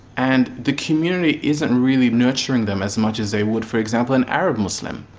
and the community isn't really nurturing them as much as they would, for example, an arab muslim.